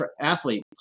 athlete